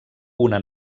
una